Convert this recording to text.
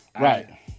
Right